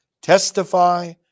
Testify